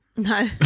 No